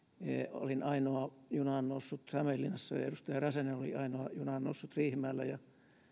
olin ainoa junaan noussut hämeenlinnassa ja edustaja räsänen oli ainoa junaan noussut riihimäellä ja sitten